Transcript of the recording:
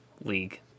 league